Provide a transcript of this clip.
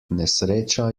nesreča